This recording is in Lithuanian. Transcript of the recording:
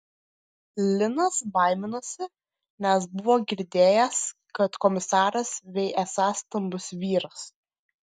linas baiminosi nes buvo girdėjęs kad komisaras vei esąs stambus vyras